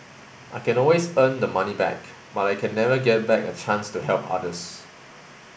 I can always earn the money back but I can never get back a chance to help others